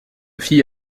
fille